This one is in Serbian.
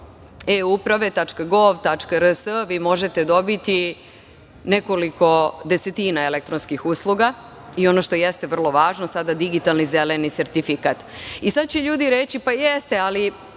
euprava.gov.rs vi možete dobiti nekoliko desetina elektronskih usluga i ono što jeste vrlo važno, sada digitalni zeleni sertifikat. Sada će ljudi reći – pa, jeste, ali